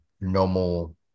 normal